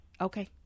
Okay